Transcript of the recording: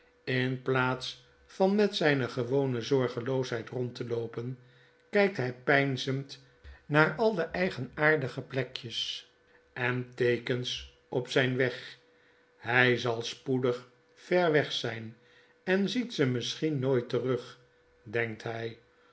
in piaats van met zijne gewone zorgeloosheid rond te loopen kykt hg peinzend naar al de eigenaardige plekjes en teekens op zijn weg hijzal spoedig ver weg zgn en ziet ze misschien nooit terug denkt hij